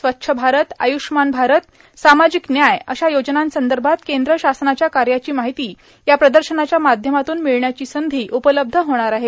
स्वच्छ भारत आयुषमान भारत सामाजिक न्याय अशा योजना संदर्भात केंद्र शासनाच्या कार्याची माहिती या प्रदर्शनाच्या माध्यमातून मिळण्याची संधी उपल्ब्ध होणार आहे